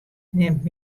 nimt